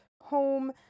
home